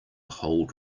hold